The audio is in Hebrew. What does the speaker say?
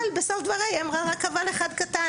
אבל בסוף דבריה היא אמרה רק אבל אחד קטן,